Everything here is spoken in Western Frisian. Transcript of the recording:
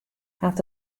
hat